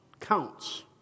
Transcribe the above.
counts